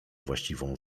właściwą